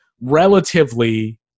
relatively